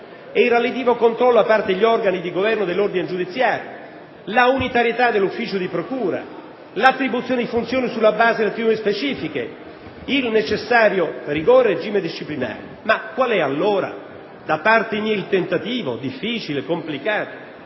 e il relativo controllo da parte degli organi di governo dell'ordine giudiziario, la unitarietà dell'ufficio di procura, l'attribuzione di funzioni sulla base delle attitudini specifiche, il necessario rigore nel regime disciplinare. Qual è allora, da parte mia, il tentativo difficile, complicato,